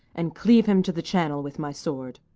and cleave him to the channel with my sword.